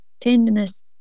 tenderness